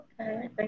Okay